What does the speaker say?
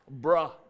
Bruh